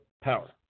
power